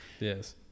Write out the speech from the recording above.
Yes